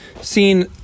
seen